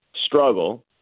struggle